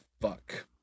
fuck